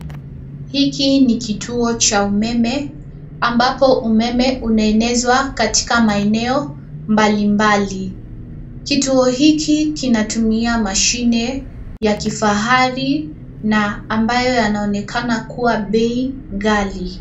Hiki ni kituo cha umeme ambapo umeme unaenezwa katika maeneo mbalimbali. Kituo hiki kinatumia mashine ya kifahari na ambayo yanaonekana kuwa bei ghali.